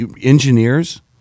engineers